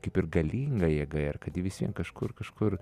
kaip ir galinga jėga ir kad ji vis vien kažkur kažkur